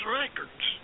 records